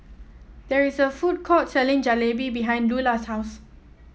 there is a food court selling Jalebi behind Lulla's house